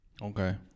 Okay